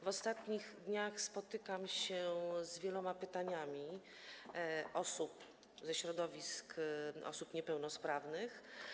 W ostatnich dniach spotykam się z wieloma pytaniami osób ze środowisk osób niepełnosprawnych.